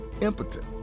impotent